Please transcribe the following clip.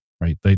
right